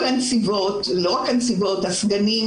כל הנציבות ולא רק הן אלא הסגנים,